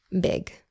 big